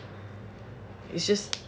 it's just